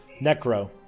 Necro